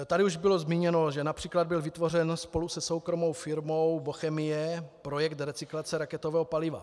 Tady už bylo zmíněno, že například byl vytvořen spolu se soukromou firmou Bochemie projekt derecyklace raketového paliva.